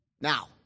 now